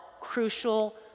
crucial